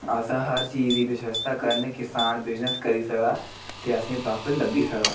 अस हर चीज़ दी बवस्था करनी किसान बिज़नस करी सकदा ते असेंगी प्राफिट लब्भी सकदा